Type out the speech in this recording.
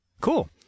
Cool